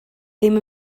ddim